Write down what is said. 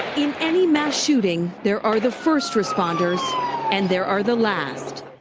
in any mass shooting, there are the first responders and there are the last.